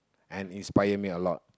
and inspire me a lot